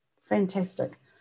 fantastic